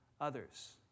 others